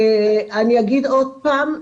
אני אגיד עוד פעם,